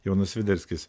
jonas sviderskis